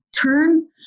turn